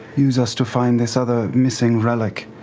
use us to find this other missing relic.